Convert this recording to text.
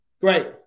Great